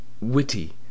Witty